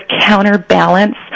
counterbalance